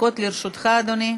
דקות לרשותך, אדוני.